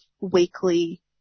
weekly